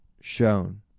shown